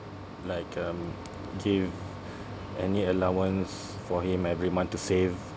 like um give any allowance for him every month to save